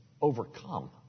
overcome